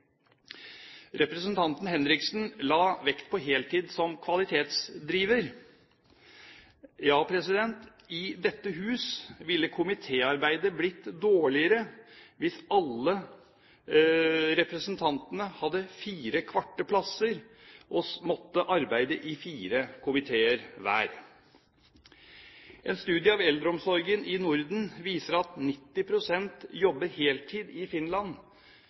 Representanten Henriksen la vekt på heltid som kvalitetsdriver. Ja, i dette hus ville komitéarbeidet blitt dårligere hvis alle representantene hadde fire kvarte plasser og måtte arbeide i fire komiteer hver. En studie av eldreomsorgen i Norden viser at 90 pst. jobber heltid i Finland,